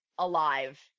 alive